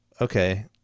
okay